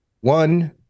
one